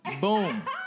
Boom